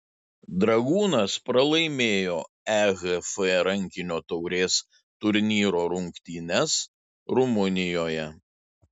dragūnas pralaimėjo ehf rankinio taurės turnyro rungtynes rumunijoje